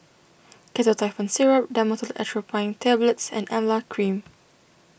Ketotifen Syrup Dhamotil Atropine Tablets and Emla Cream